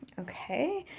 okay,